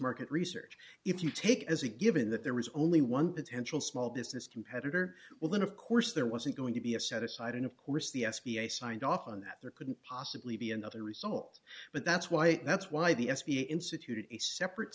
market research if you take it as a given that there was only one potential small business competitor well then of course there wasn't going to be a set aside and of course the s b a signed off on that there couldn't possibly be another result but that's why that's why the s b a instituted a separate